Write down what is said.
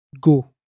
go